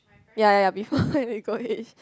ya ya ya before my legal age